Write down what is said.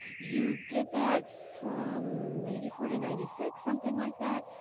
you did that from ninety four to ninety six, something like that?